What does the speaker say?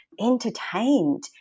entertained